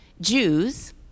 Jews